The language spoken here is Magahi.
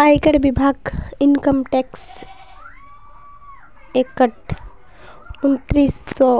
आयकर विभाग इनकम टैक्स एक्ट उन्नीस सौ